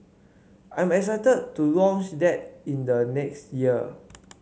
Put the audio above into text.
I am excited to launch that in the next year